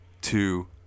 two